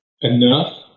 enough